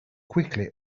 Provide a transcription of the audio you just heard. quickly